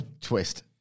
twist